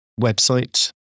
website